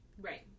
Right